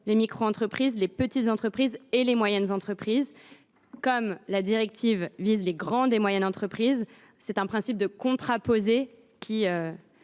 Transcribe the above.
les microentreprises, les petites entreprises et les moyennes entreprises. Comme la directive vise les grandes et moyennes entreprises, la rédaction actuelle du